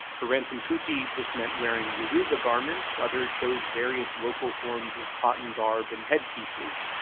for ransome-kuti this meant wearing yoruba garments others chose various local forms of cotton garb and headpieces.